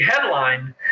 headline